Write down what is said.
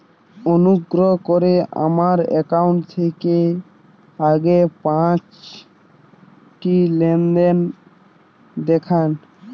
অনুগ্রহ করে আমার অ্যাকাউন্ট থেকে আগের পাঁচটি লেনদেন দেখান